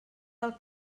del